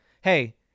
hey